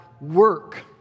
work